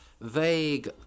vague